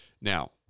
Now